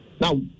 Now